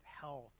health